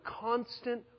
constant